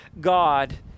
God